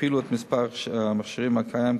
והכפילו את מספר המכשירים הקיים כיום,